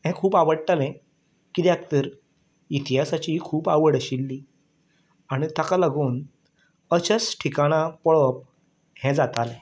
हें खूब आवडटालें किद्याक तर इतिहासाची खूब आवड आशिल्ली आनी ताका लागून अशाच ठिकाणा पळप हें जातालें